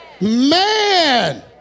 Man